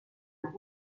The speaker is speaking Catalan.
una